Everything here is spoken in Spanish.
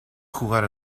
jugar